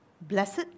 Blessed